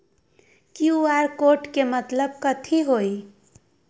QR code के मतलब कथी होई?